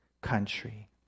country